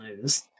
news